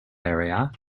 area